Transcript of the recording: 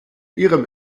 ihrem